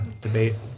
debate